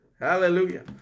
Hallelujah